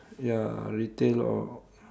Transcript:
ya retail or